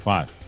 Five